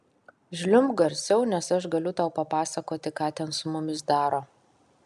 žliumbk garsiau nes aš galiu tau papasakoti ką ten su mumis daro